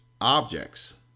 objects